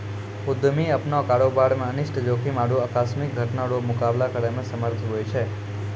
उद्यमी अपनो कारोबार मे अनिष्ट जोखिम आरु आकस्मिक घटना रो मुकाबला करै मे समर्थ हुवै छै